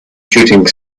shooting